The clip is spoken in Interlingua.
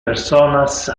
personas